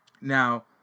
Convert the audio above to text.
Now